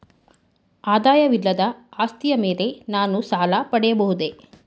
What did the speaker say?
ಆದಾಯವಿಲ್ಲದ ಆಸ್ತಿಯ ಮೇಲೆ ನಾನು ಸಾಲ ಪಡೆಯಬಹುದೇ?